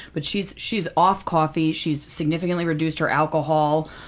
but she's she's off coffee, she's significantly reduced her alcohol.